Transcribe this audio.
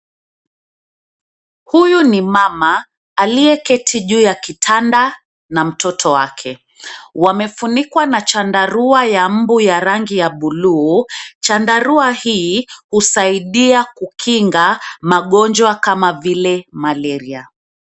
Huyu ni mama, aliyeketi juu ya kitanda na mtoto wake. Wamefunikwa na chandarua ya mbu ya rangi ya bluu. Chandarua hii husaidia kukinga, magonjwa kama vile malaria.